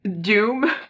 Doom